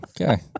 Okay